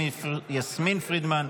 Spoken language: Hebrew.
יסמין פרידמן,